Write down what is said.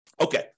Okay